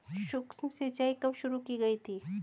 सूक्ष्म सिंचाई कब शुरू की गई थी?